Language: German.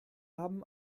haben